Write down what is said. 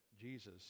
jesus